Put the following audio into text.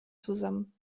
zusammen